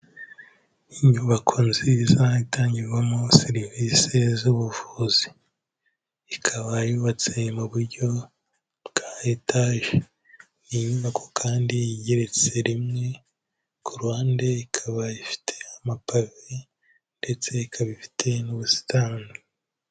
Inyubako nziza itangirwamo serivise z'ubuvuzi, ikaba yubatse mu buryo bwa etaje, ni inyubako kandi igeretse rimwe, ku ruhande ikaba ifite amapave ndetse ikaba ifite n'ubusitani.